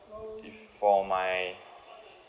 if for my